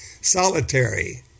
solitary